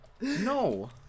No